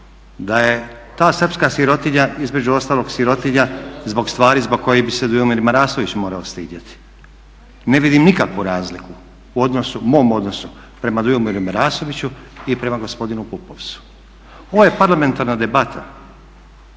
da je ta srpska sirotinja između ostalog sirotinja zbog stvari zbog kojih bi se Dujomir Marasović morao stidjeti. Ne vidim nikakvu razliku u mom odnosu prema Dujomiru Marasoviću i prema gospodinu Pupovcu. Ovo je parlamentarna debata,